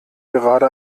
gerade